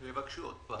הם יבקשו עוד פעם.